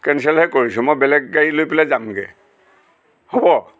কেনচেলহে কৰিছোঁ মই বেলেগ গাড়ী লৈ পেলাই যামগৈ হ'ব